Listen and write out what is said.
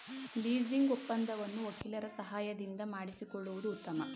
leasing ಒಪ್ಪಂದವನ್ನು ವಕೀಲರ ಸಹಾಯದಿಂದ ಮಾಡಿಸಿಕೊಳ್ಳುವುದು ಉತ್ತಮ